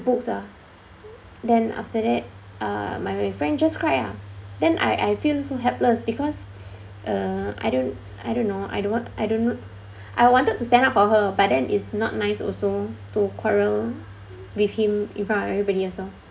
books ah then after that uh my my friend just cried lah then I I feel so helpless because uh I don't I don't know I don't I don't I wanted to stand up for her but then is not nice also to quarrel with him in front of everybody also